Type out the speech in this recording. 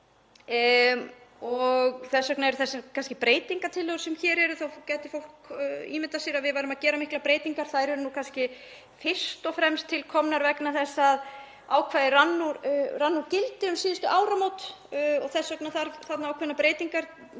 Þess vegna eru þessar breytingartillögur sem hér eru. Þó að fólk gæti ímyndað sér að við séum að gera miklar breytingar eru þær kannski fyrst og fremst til komnar vegna þess að ákvæðið féll úr gildi um síðustu áramót. Þess vegna þarf þarna ákveðnar breytingar